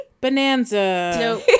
Bonanza